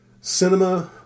cinema